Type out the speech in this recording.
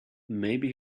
maybe